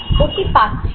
ওটি পাচ্ছেন না